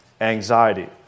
anxiety